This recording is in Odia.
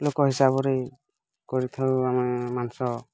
ଲୋକ ହିସାବ ରେ କରିଥାଉ ଆମେ ମାଂସ